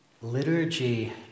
Liturgy